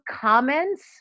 comments